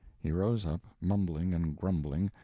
he rose up, mumbling and grumbling,